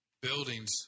Buildings